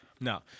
Now